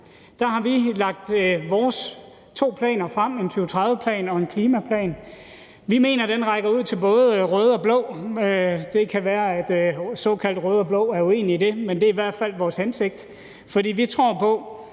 – har vi lagt vores to planer frem, en 2030-plan og en klimaplan. Vi mener, den rækker ud til både røde og blå, og det kan være, at såkaldt røde og blå vil være uenige i det, men det er i hvert fald vores hensigt. For vi tror på,